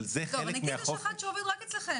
אבל זה חלק --- נגיד שיש אחד שרק עובד אצלכם,